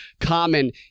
common